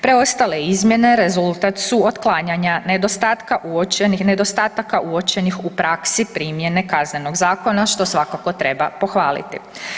Preostale izmjene rezultat su otklanjanja nedostatka uočenih, nedostatak uočenih u praksi primjene Kaznenog zakona, što svakako treba pohvaliti.